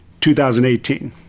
2018